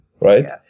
Right